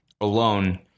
alone